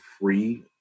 free